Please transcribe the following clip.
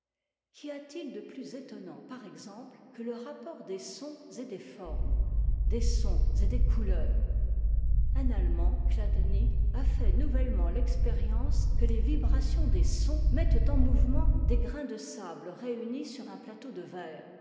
variété qu'y a-t-il de plus étonnant par exemple que le rapport des sons et des formes des sons et des couleurs un allemand chladni a fait houvettemeht l'expérience que les vibrations des sons mettent en mouvement des grains de sable réunis sur un plateau de verre